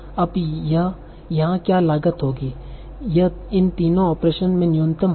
अब यहां क्या लागत होगी यह इन तीनों ऑपरेशनों में न्यूनतम होगा